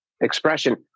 expression